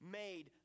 made